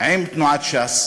עם תנועת ש"ס